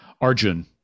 Arjun